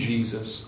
Jesus